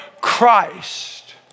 Christ